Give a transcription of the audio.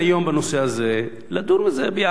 נדון בזה ביחד,